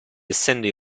essendo